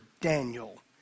Daniel